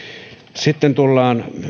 sitten tullaan